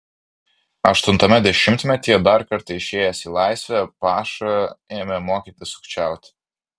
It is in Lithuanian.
aštuntame dešimtmetyje dar kartą išėjęs į laisvę paša ėmė mokytis sukčiauti